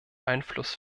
einfluss